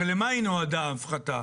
הרי למה היא נועדה ההפחתה?